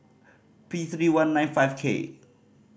P three one nine five K